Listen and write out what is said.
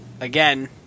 again